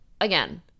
again